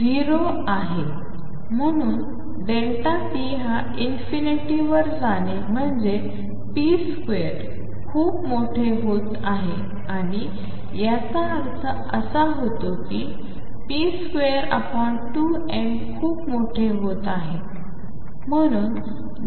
म्हणून p हा वर जाणे म्हणजे ⟨p2⟩ खूप मोठे होत आहे आणि याचा अर्थ असा होतो की p22m खूप मोठे होत आहे